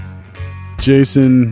jason